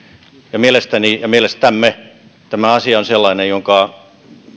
ja mielestäni ja mielestämme tämä asia on sellainen jonka